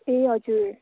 ए हजुर